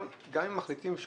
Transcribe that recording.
גם אם מחליטים,